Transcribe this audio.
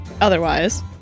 otherwise